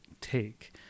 take